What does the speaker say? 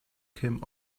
came